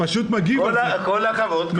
כל הכבוד.